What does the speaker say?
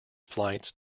flights